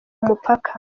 umupaka